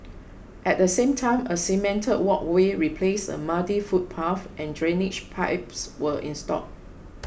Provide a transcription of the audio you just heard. at the same time a cemented walkway replaced a muddy footpath and drainage pipes were installed